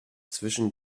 zwischen